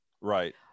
Right